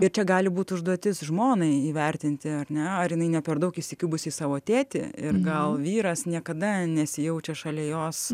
ir čia gali būt užduotis žmonai įvertinti ar ne ar jinai ne per daug įsikibusi į savo tėtį ir gal vyras niekada nesijaučia šalia jos